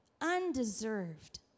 undeserved